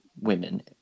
women